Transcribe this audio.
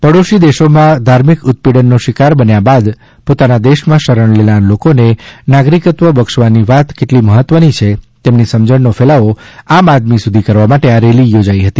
પાડોશી દેશો માં ધાર્મિક ઉત્પીડન નો શિકાર બન્યા બાદ પોતાના દેશ માં શરણ લેનાર લોકો ને નાગરિકતા બક્ષવાની વાત કેટલી મહત્વ ની છે તેની સમજણનો ફેલાવો આમ આદમી સુધી કરવા માટે આ રેલી યોજાઇ હતી